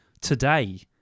today